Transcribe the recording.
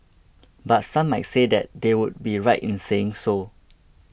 but some might say they would be right in saying so